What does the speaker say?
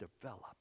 develop